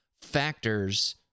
factors